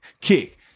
Kick